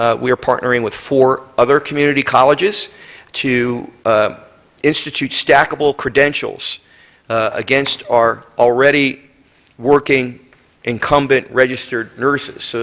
ah we are partnering with four other community colleges to institute stackable credentials against our already working incumbent registered nurses, so